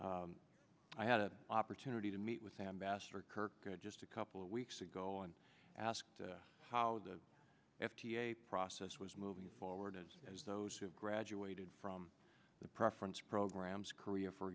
that i had the opportunity to meet with ambassador kirk just a couple of weeks ago and asked how the f d a process was moving forward as those who have graduated from the preference programs korea for